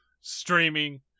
streaming